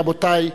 רבותי,